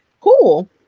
cool